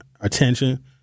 attention